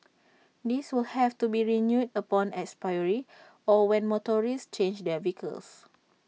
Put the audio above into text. this will have to be renewed upon expiry or when motorists change their vehicles